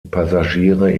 passagiere